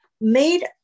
made